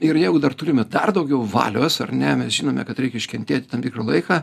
ir jeigu dar turime dar daugiau valios ar ne mes žinome kad reikia iškentėti tam tikrą laiką